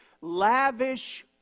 Lavish